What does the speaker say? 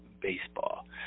baseball